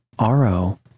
ro